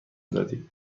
دادی